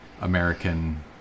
American